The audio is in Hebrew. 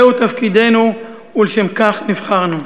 זהו תפקידנו ולשם כך נבחרנו.